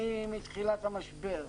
מתחילת המשבר,